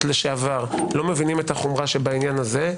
לשעבר לא מבינים את החומרה בעניין הזה,